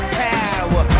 power